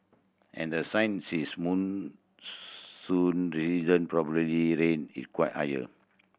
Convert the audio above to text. and since it's monsoon season probably rain is quite higher